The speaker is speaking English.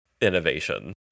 innovation